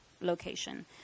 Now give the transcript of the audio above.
location